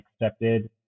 accepted